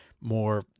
more